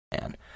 man